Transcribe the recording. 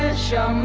show,